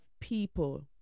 people